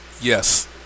Yes